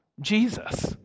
Jesus